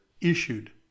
issued